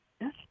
Yes